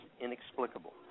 inexplicable